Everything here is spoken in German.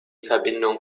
verbindung